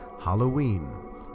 Halloween